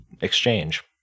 exchange